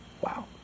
Wow